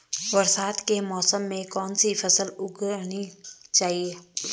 बरसात के मौसम में कौन सी फसल उगानी चाहिए?